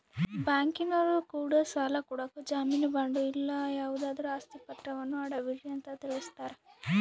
ಬ್ಯಾಂಕಿನರೊ ಕೂಡ ಸಾಲ ಕೊಡಕ ಜಾಮೀನು ಬಾಂಡು ಇಲ್ಲ ಯಾವುದಾದ್ರು ಆಸ್ತಿ ಪಾತ್ರವನ್ನ ಅಡವಿಡ್ರಿ ಅಂತ ತಿಳಿಸ್ತಾರ